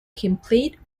complete